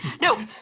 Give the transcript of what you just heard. no